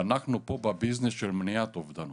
אנחנו פה בביזניס של מניעת אובדנות.